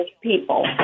people